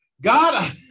God